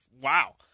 wow